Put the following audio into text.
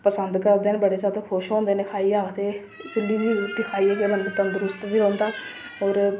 पसंद करदे न खुश होंदे न खाइयै आखदे चु'ल्ली दी रुट्टी खाइयै बंदा तंदरुस्त बी रौंहदा होर